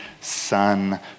Son